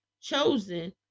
chosen